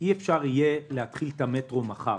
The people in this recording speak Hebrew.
אי אפשר יהיה להתחיל את המטרו מחר.